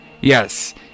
yes